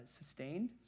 sustained